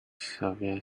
severe